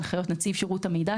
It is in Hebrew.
הנחיות נציב שירות המדינה,